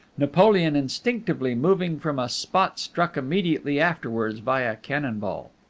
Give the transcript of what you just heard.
napoleon instinctively moving from a spot struck immediately afterwards by a cannon ball.